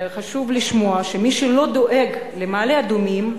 חשוב לשמוע שמי שלא דואג למעלה-אדומים,